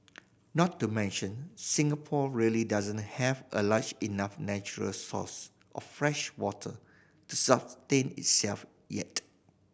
not to mention Singapore really doesn't have a large enough natural source of freshwater to sustain itself yet